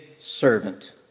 servant